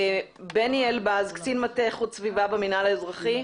בני אלבז, קצין מטה איכות סביבה במינהל האזרחי.